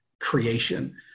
creation